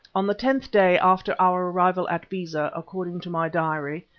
on the tenth day after our arrival at beza, according to my diary,